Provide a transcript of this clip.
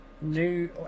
new